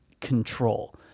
Control